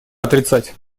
отрицать